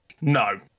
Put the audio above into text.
No